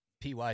PY